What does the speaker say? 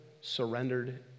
surrendered